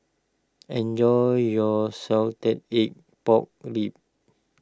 enjoy your Salted Egg Pork Ribs